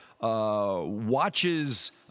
watches